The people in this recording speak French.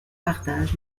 partage